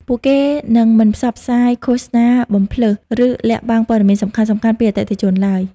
ពួកគេនឹងមិនផ្សព្វផ្សាយការឃោសនាបំផ្លើស ឬលាក់បាំងព័ត៌មានសំខាន់ៗពីអតិថិជនឡើយ។